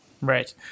right